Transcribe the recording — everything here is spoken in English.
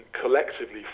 collectively